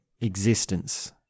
Existence